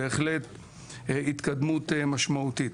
בהחלט התקדמות משמעותית.